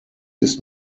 ist